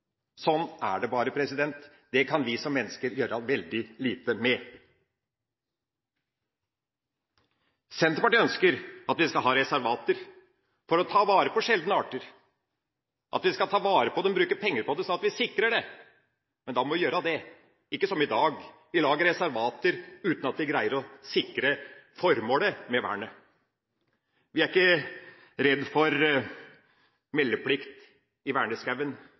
Sånn er det bare, det kan vi som mennesker gjøre veldig lite med. Senterpartiet ønsker at vi skal ha reservater for å ta vare på sjeldne arter, bruke penger på det sånn at vi sikrer dem. Men da må vi gjøre det, ikke som i dag, hvor vi lager reservater uten at vi greier å sikre formålet med vernet. Vi er ikke redde for meldeplikt